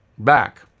back